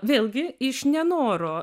vėlgi iš nenoro